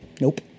Nope